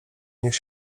niech